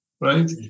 right